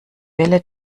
welle